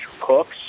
cooks